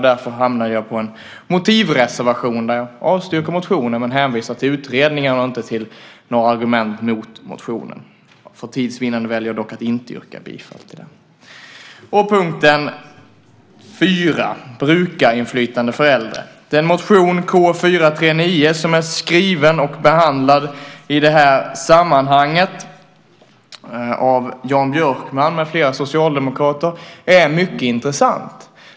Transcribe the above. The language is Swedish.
Därför har jag gjort en motivreservation, där jag avstyrker motionen men hänvisar till utredningarna och inte till argument mot motionen. För tids vinnande yrkar jag dock inte bifall till den. Punkt 4 handlar om brukarinflytande för äldre. Den motion, K439, av Jan Björkman med flera socialdemokrater, som är skriven och behandlad i det här sammanhanget är mycket intressant.